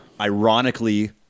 ironically